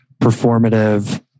performative